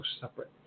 separate